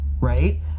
right